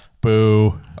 Boo